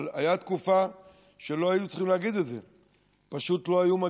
אבל הייתה תקופה שלא היו צריכים להגיד את זה,